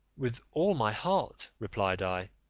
with all my heart, replied i,